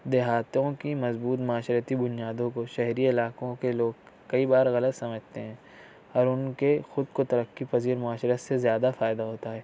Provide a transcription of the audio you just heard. دیہاتوں کی مضبوط معاشرتی بنیادوں کو شہری علاقوں کے لوگ کئی بار غلط سمجھتے ہیں اور ان کے خود کو ترقی پذیر معاشرت سے زیادہ فائدہ ہوتا ہے